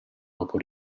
dopo